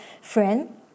friend